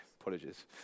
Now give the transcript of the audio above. apologies